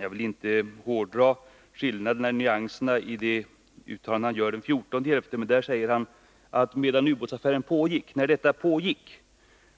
Jag vill inte hårdra skillnaderna i nyanserna i det uttalande han gjorde den 14 november, men där sade han: ”När detta pågick